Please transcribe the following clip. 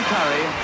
Curry